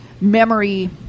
memory